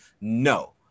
No